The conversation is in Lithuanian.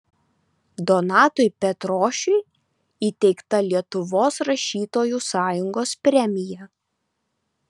donatui petrošiui įteikta lietuvos rašytojų sąjungos premija